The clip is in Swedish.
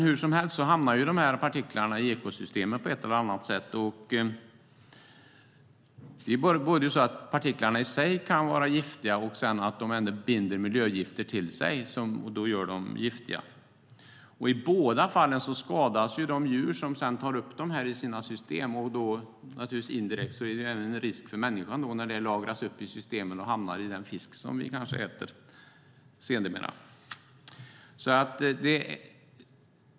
Hur som helst hamnar dessa partiklar i ekosystemet på ett eller annat sätt. Partiklarna kan vara giftiga i sig. De kan också binda miljögifter som gör dem giftiga. I båda fallen skadas de djur som sedan tar upp partiklarna i sina system. Indirekt finns även en risk för människan när partiklarna lagras upp i systemen och hamnar i den fisk som vi kanske äter sedermera.